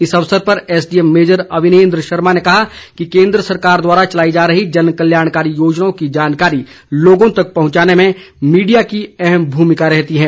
इस अवसर पर S DM major Avinendra Sharma ने कहा कि केन्द्र सरकार द्वारा चलाई जा रही जनकल्याणकारी योजनाओं की जानकारी लोगों तक पहुंचाने में मीडिया की अहम भूमिका रहती है